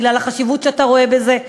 בגלל החשיבות שאתה רואה בזה,